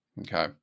Okay